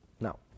Now